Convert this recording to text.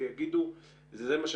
זה לא משהו